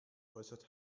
äußerst